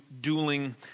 dueling